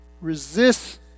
Resist